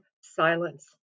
silence